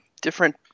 different